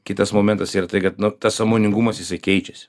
kitas momentas yra tai kad tas sąmoningumas jisai keičiasi